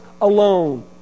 alone